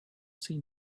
seen